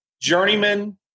Journeyman